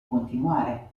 continuare